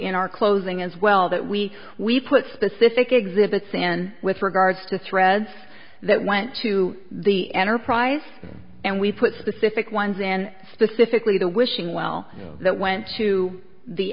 in our closing as well that we we put specific exhibits in with regards to threads that went to the enterprise and we put specific ones in specifically the wishing well that went to the